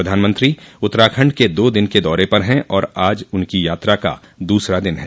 प्रधानमंत्री उत्तराखंड के दो दिन के दौरे पर हैं और आज उनकी यात्रा का दूसरा दिन है